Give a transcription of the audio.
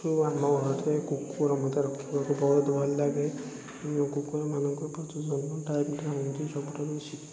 ମୁଁ ଆମ ଘରେ କୁକୁର ମୋତେ ରଖିବାକୁ ବହୁତ ଭଲଲାଗେ କୁକୁରମାନଙ୍କ ପ୍ରଜନନ ଟାଇମ୍ଟା ହେଉଛି ସବୁଠାରୁ ଶୀତ